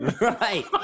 Right